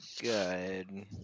good